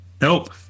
Nope